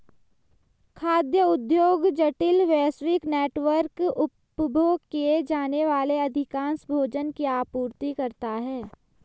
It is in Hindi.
खाद्य उद्योग जटिल, वैश्विक नेटवर्क, उपभोग किए जाने वाले अधिकांश भोजन की आपूर्ति करता है